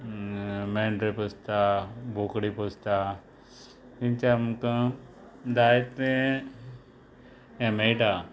मेंडरां पोसता बोकडी पोसता तेंचे आमकां जायतें हें मेयटा